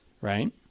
right